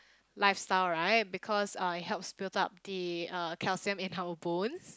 lifestyle right because uh it helps build up the uh calcium in our bones